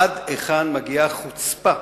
עד היכן מגיעה החוצפה